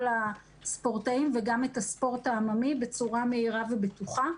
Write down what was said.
הספורטאים וגם את הספורט העממי בצורה מהירה ובטוחה.